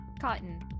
Cotton